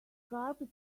carpet